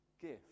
gift